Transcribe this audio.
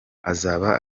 azaba